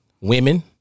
Women